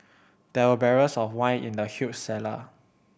there were barrels of wine in the huge cellar